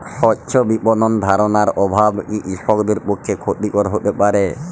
স্বচ্ছ বিপণন ধারণার অভাব কি কৃষকদের পক্ষে ক্ষতিকর হতে পারে?